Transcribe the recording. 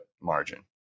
margin